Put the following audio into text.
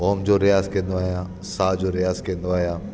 ओम जो रियाज़ कंदो आहियां सा जो रियाज़ कंदो आहियां